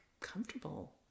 comfortable